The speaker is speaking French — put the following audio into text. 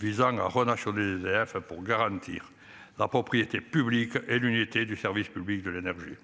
visant Rodin sur des élèves pour garantir la propriété publique et l'unité du service public de l'énergie.